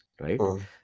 right